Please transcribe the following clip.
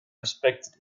respected